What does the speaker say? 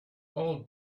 old